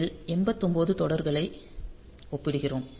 இதில் 89 தொடர்களை ஒப்பிடுகிறோம்